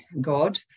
God